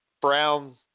brown